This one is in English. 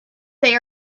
they